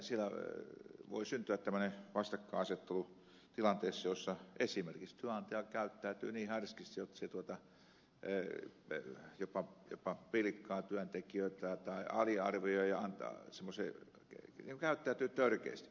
siellä voi syntyä vastakkainasettelu tilanteessa jossa esimerkiksi työnantaja käyttäytyy niin härskisti jotta se jopa pilkkaa työntekijöitä tai aliarvioi ja käyttäytyy törkeästi